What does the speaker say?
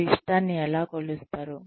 మీరు ఇష్టాన్ని ఎలా కొలుస్తారు